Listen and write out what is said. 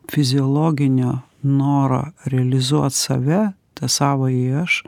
fiziologinio noro realizuot save tą savąjį aš